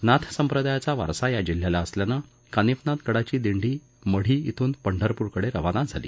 नाथ संप्रदायाचा वारसा या जिल्ह्याला असल्यानं कानिफनाथ गडाची दिंडी मढी इथून पंढरप्रकडे रवाना झाली